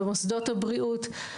במוסדות הבריאות.